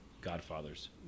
Godfathers